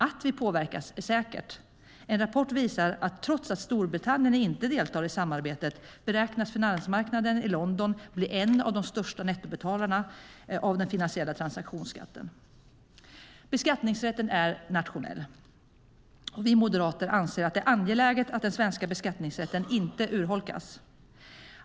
Att vi påverkas är säkert. En rapport visar att trots att Storbritannien inte deltar i samarbetet beräknas finansmarknaden i London bli en av de största nettobetalarna av den finansiella transaktionsskatten. Beskattningsrätten är nationell och vi moderater anser att det är angeläget att den svenska beskattningsrätten inte urholkas.